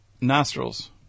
Nostrils